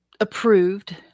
approved